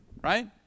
right